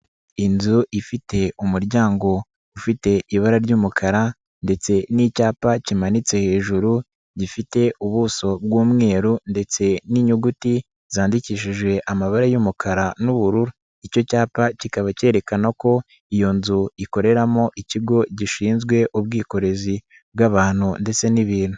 Inzu ifite umuryango ufite ibara ry'umukara ndetse n'icyapa kimanitse hejuru gifite ubuso bw'umweru ndetse n'inyuguti zandikishije amabara y'umukara n'ubururu, icyo cyapa kikaba cyerekana ko iyo nzu ikoreramo ikigo gishinzwe ubwikorezi bw'abantu ndetse n'ibintu.